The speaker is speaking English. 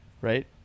Right